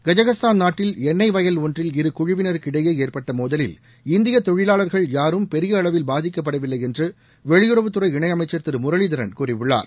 Kazakhstan நாட்டில் எண்ணெய் வயல் ஒன்றில் இரு குழுவினருக்கிடையே ஏற்பட்ட மோதலில் இந்திய தொழிலாளர்கள் யாரும் பெரிய அளவில் பாதிக்கப்படவில்லை என்ற வெளியுறவுத்துறை இணையமைச்சர் திரு முரளிதரன் கூறியுள்ளார்